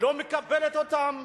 ולא מקבלת אותם.